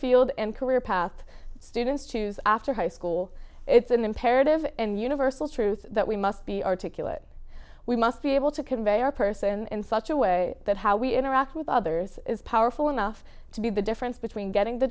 field and career path students choose after high school it's an imperative and universal truth that we must be articulate we must be able to convey our person in such a way that how we interact with others is powerful enough to be the difference between getting the